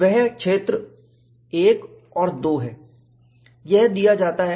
वह क्षेत्र I और II है